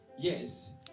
Yes